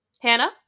Hannah